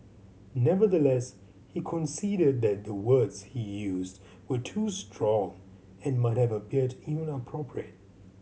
nevertheless he conceded that the words he used were too strong and might have appeared inappropriate